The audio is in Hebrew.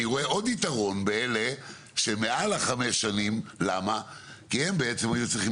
אני רואה עוד יתרון באלה שהם מעל חמש שנים כי הם היו צריכים